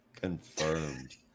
Confirmed